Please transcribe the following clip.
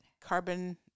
carbon